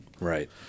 Right